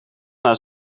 naar